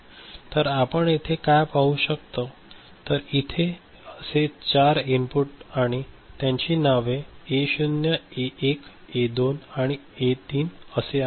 तर आपण येथे काय पाहू शकतो तर इथे असे 4 इनपुट आणि त्यांची नावे एक शून्य ए 1 ए 2 आणि ए 3 असे आहेत